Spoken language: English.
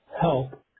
help